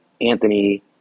Anthony